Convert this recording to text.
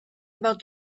about